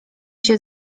się